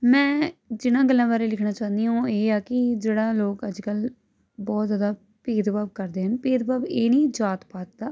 ਮੈਂ ਜਿਨ੍ਹਾਂ ਗੱਲਾਂ ਬਾਰੇ ਲਿਖਣਾ ਚਾਹੁੰਦੀ ਉਹ ਇਹ ਆ ਕਿ ਜਿਹੜੇ ਲੋਕ ਅੱਜ ਕੱਲ੍ਹ ਬਹੁਤ ਜ਼ਿਆਦਾ ਭੇਦ ਭਾਵ ਕਰਦੇ ਹਨ ਭੇਦ ਭਾਵ ਇਹ ਨਹੀਂ ਜਾਤ ਪਾਤ ਦਾ